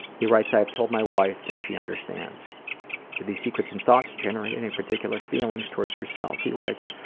he writes, i have told my wife and she understands. do these secrets and thoughts generate any particular feelings towards yourself? he writes,